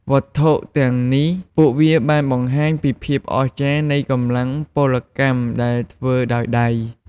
វត្ថុទាំងនេះ ពួកវាបានបង្ហាញពីភាពអស្ចារ្យនៃកម្លាំងពលកម្មដែលធ្វើដោយដៃ។